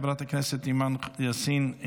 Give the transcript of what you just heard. חברת הכנסת אימאן ח'טיב יאסין,